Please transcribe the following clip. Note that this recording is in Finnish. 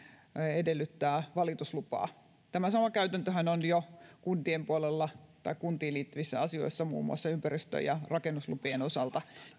edellyttävät valituslupaa tämä sama käytäntöhän on jo kuntien puolella tai kuntiin liittyvissä asioissa muun muassa ympäristö ja rakennuslupien osalta